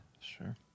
Sure